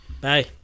bye